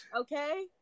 Okay